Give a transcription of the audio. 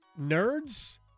nerds